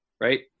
right